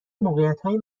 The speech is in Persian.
موقعیتهای